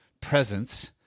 presence